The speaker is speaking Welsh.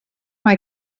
mae